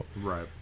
Right